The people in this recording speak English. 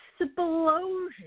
explosion